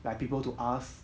like people to ask